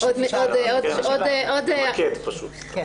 אני מתמקדת.